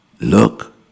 Look